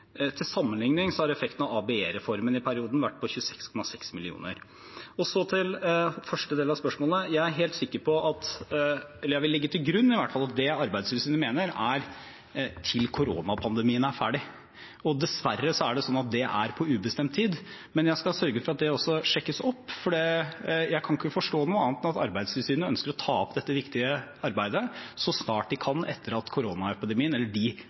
Til sammenlikning har effekten av ABE-reformen i perioden vært på 26,6 mill. kr. Så til første del av spørsmålet: Jeg er helt sikker på, eller jeg vil i hvert fall legge til grunn, at det Arbeidstilsynet mener, er til koronapandemien er ferdig. Dessverre betyr det at det er på ubestemt tid. Men jeg skal sørge for at det også sjekkes opp, for jeg kan ikke forstå noe annet enn at Arbeidstilsynet ønsker å ta opp dette viktige arbeidet så snart de kan etter at koronaepidemien, eller de